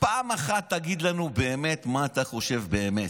פעם אחת תגיד לנו באמת מה אתה חושב באמת.